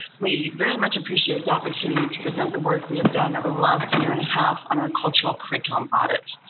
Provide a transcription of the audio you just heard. we very much appreciate the opportunity to present the work we have done over the last year and a half on our cultural curriculum audit.